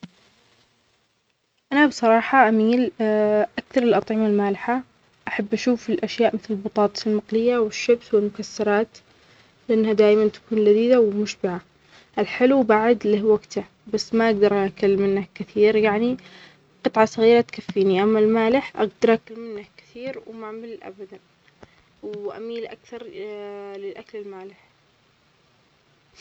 أنا بصراحة أميل أكثر الأطعمة المالحة، أحب أشوف الأشياء مثل البطاطس المقلية والشيبسي والمكسرات لأنها دايما تكون لذيذة ومشبعة، الحلو بعد له وجته بس ما أجدر أكل منه كثير يعنى قطعة صغيرة تكفينى، أمال المالح أقدر أكل منه كثير و ما أمل أبدا، وأميل أكثر للأكل المالح.